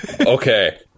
Okay